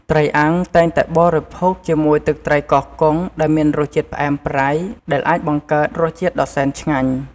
ត្រីអាំង តែងតែបរិភោគជាមួយទឹកត្រីកោះកុង ដែលមានរសជាតិផ្អែមប្រៃ ដែលអាចបង្កើតរសជាតិដ៏សែនឆ្ងាញ់។